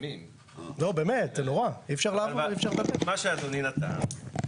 מה שאדוני נתן,